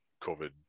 COVID